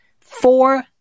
four